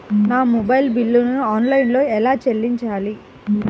నా మొబైల్ బిల్లును ఆన్లైన్లో ఎలా చెల్లించాలి?